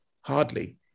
hardly